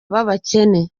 b’abakene